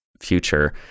future